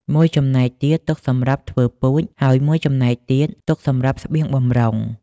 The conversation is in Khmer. មួយចំណែកទៀតទុកសម្រាប់ធ្វើពូជ ហើយមួយចំណែកទៀតទុកសម្រាប់ស្បៀងបម្រុង។